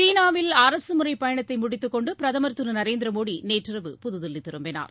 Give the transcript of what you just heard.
சீனாவில் அரசுமுறைப் பயணத்தை முடித்துக் கொண்டு பிரதமர் திரு நரேந்திரமோடி நேற்றிரவு புதுதில்லி திரும்பினார்